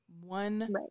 one